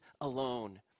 alone